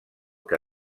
que